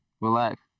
Relax